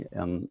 en